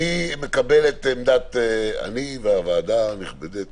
אני והוועדה הנכבדת